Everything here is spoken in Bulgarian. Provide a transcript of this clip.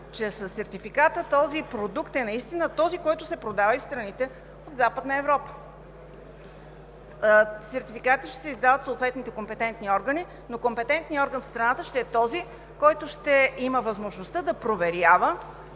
че със сертификата този продукт е наистина този, който се продава и в страните от Западна Европа. Сертификатите ще се издават от съответните компетентни органи, но компетентният орган в страната ще е този, който ще има възможността да проверява